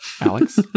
Alex